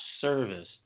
service